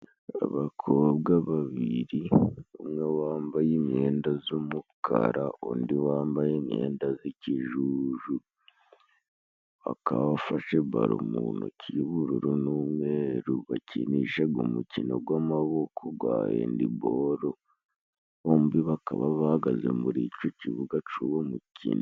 Abakobwa babiri umwe wambaye imyenda z'umukara, undi wambaye imyenda z'ikijuju, bakaba bafashe baro mu ntoki y'ubururu n'umweru, bakinishaga umukino gw'amaboko gwa Hendiboro, bombi bakaba bahagaze muri ico kibuga c'uwo mukino.